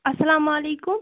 السلامُ علیکُم